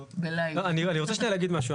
לא, אני רוצה שנייה להגיד משהו.